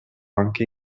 anche